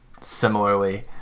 similarly